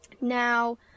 Now